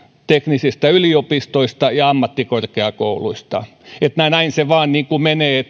teknisistä yliopistoista ja ammattikorkeakouluista näin se vain niin kuin menee